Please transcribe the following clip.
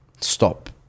stop